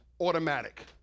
automatic